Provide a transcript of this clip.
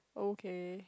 okay